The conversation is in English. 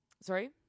sorry